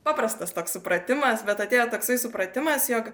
paprastas toks supratimas bet atėjo toksai supratimas jog